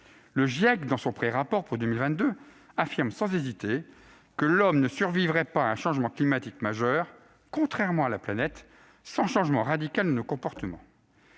le GIEC, dans son prérapport pour 2022, affirme sans hésiter que l'homme ne survivrait pas à un changement climatique majeur, contrairement à la planète, sans changement radical de ses comportements.